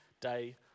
day